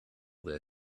their